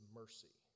mercy